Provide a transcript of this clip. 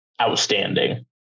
outstanding